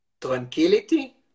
tranquility